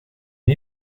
une